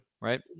right